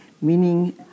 meaning